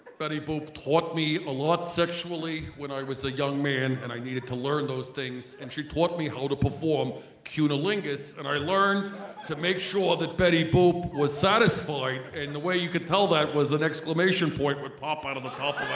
betty boop taught me a lot sexually when i was a young man and i needed to learn those things and she taught me how to perform cunnilingus and i learned to make sure that betty boop was satisfied and the way you could tell that was an exclamation point would pop out of the top of